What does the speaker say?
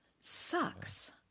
sucks